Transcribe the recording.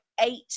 eight